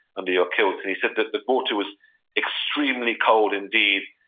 under your kilt. he said that the water was extremely cold indeed,